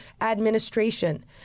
administration